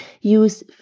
Use